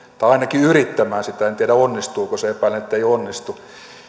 tai ainakin yrittämään sitä en tiedä onnistuuko se epäilen ettei onnistu